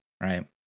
right